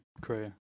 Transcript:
career